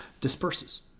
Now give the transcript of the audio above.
disperses